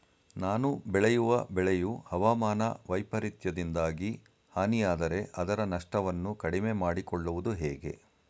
ನಾನು ಬೆಳೆಯುವ ಬೆಳೆಯು ಹವಾಮಾನ ವೈಫರಿತ್ಯದಿಂದಾಗಿ ಹಾನಿಯಾದರೆ ಅದರ ನಷ್ಟವನ್ನು ಕಡಿಮೆ ಮಾಡಿಕೊಳ್ಳುವುದು ಹೇಗೆ?